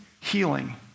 healing